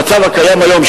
שהמצב הקיים היום,